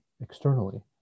externally